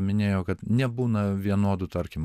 minėjo kad nebūna vienodų tarkim